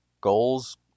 goals